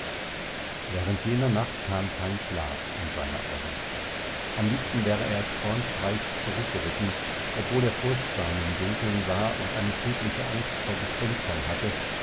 während jener nacht kam kein schlaf in seine augen am liebsten wäre er spornstreichs zurückgeritten obwohl er furchtsam im dunkeln war und eine tödliche angst vor gespenstern hatte